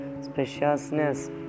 spaciousness